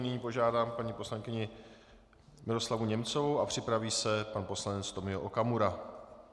Nyní požádám paní poslankyni Miroslavu Němcovou a připraví se pan poslanec Tomio Okamura.